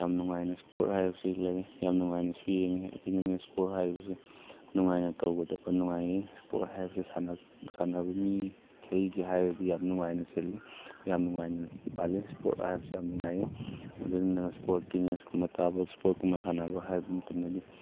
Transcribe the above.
ꯌꯥꯝ ꯅꯨꯡꯉꯥꯏꯅ ꯁ꯭ꯄꯣꯔꯠ ꯍꯥꯏꯕꯁꯤ ꯂꯩ ꯌꯥꯝ ꯅꯨꯡꯉꯥꯏꯅꯁꯨ ꯌꯦꯡꯌꯦ ꯑꯗꯨꯅꯤꯅꯦ ꯁ꯭ꯄꯣꯔꯠ ꯍꯥꯏꯕꯁꯦ ꯅꯨꯡꯉꯥꯏꯅ ꯇꯧꯕꯗꯣ ꯅꯨꯡꯉꯥꯏ ꯁ꯭ꯄꯣꯔꯠ ꯍꯥꯏꯕꯁꯦ ꯁꯥꯟꯅꯕ ꯃꯤ ꯈꯩꯒꯦ ꯍꯥꯏꯔꯗꯤ ꯌꯥꯝ ꯅꯨꯡꯉꯥꯏꯅ ꯁꯤꯜꯂꯤ ꯌꯥꯝ ꯅꯨꯡꯉꯥꯏꯅ ꯄꯥꯜꯂꯦ ꯁ꯭ꯄꯣꯔꯠ ꯍꯥꯏꯕꯁꯦ ꯌꯥꯝ ꯅꯨꯡꯉꯥꯏ ꯑꯗꯨꯅ ꯁ꯭ꯄꯣꯔꯠꯀꯤ ꯅꯤꯌꯁꯀꯨꯝꯕ ꯇꯥꯕ ꯁ꯭ꯄꯣꯔꯠꯀꯨꯝꯕ ꯁꯥꯟꯅꯕ ꯍꯥꯏꯕ ꯃꯇꯝꯗꯗꯤ